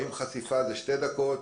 האם חשיפה היא שתי דקות?